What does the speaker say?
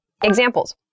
Examples